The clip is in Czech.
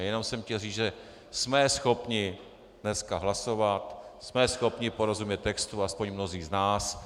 Jenom jsem chtěl říct, že jsme schopni dneska hlasovat, jsme schopni porozumět textu, aspoň mnozí z nás.